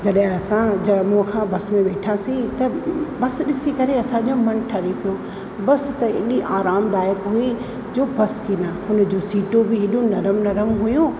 जॾहिं असां जम्मू खां बसि में वेठासीं त बसि ॾिसी करे असांजो मनु ठरी पियो बसि त एॾी आरामुदाइकु हुई जो बसि जी सीटूं बि हेॾी नरम हुयूं